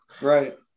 Right